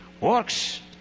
works